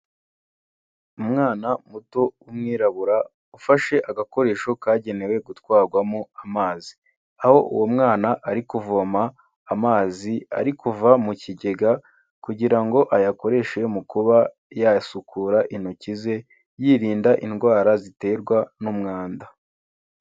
Umwana muto w'umwirabura ufashe agakoresho kagenewe gutwarwamo amazi, aho uwo mwana ari kuvoma amazi ari kuva mu kigega kugira ngo ayakoreshe mu kuba yasukura intoki ze yirinda indwara ziterwa n'umwanda.